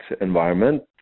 environment